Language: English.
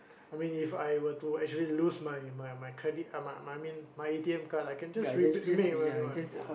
I mean If I were to actually lose my my my credit uh my I mean my A_T_M card I can just re~ make a new one ya